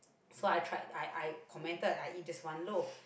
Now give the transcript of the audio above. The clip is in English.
so I tried I I commented I eat just one loaf